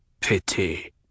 Pity